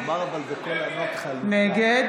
נגד